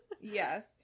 Yes